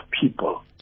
people